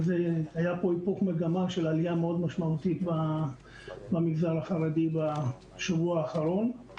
היה פה היפוך מגמה של עלייה מאוד משמעותית במגזר החרדי בשבוע האחרון.